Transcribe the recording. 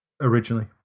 originally